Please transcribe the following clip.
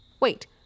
Wait